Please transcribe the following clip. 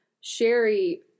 Sherry